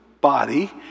body